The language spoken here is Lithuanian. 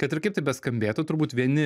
kad ir kaip tai beskambėtų turbūt vieni